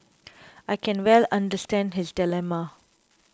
I can well understand his dilemma